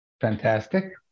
fantastic